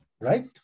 Right